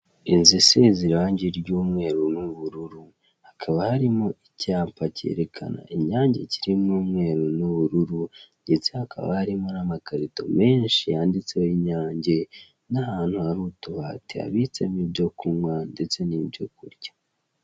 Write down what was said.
Inzu isize ibara ry'umweru n'ubururu hakaba harimo icyapa kerekana inyange kirimo umweru n'ubururu ndetse hakaba harimo n'amakarito menshi yanditseho inyange ndetse hakaba harimo n'utubati habitsemo ibyo kunywa ndetse n'ibyo kurya.